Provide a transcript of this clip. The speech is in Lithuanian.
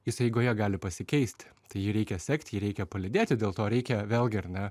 jis eigoje gali pasikeisti tai jį reikia sekt jį reikia palydėti dėl to reikia vėlgi ar ne